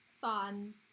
fun